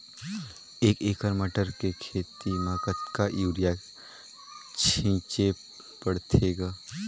एक एकड़ मटर के खेती म कतका युरिया छीचे पढ़थे ग?